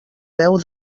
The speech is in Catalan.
veu